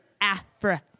Africa